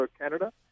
Canada